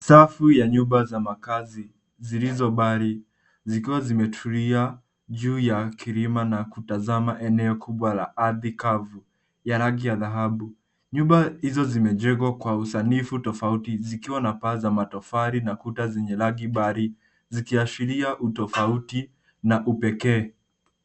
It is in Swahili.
Safu za nyumba za makazi zilizo mbali zikiwa zimetulia juu ya kilima na kutazama eneo kubwa la ardhi kavu za rangi ya dhahabu. Nyumba hizo zimejengwa kwa usanifu mkubwa zikiwa na paa za matofali na kuta zenye rangi mbali zikiashiria utofauti na upekee.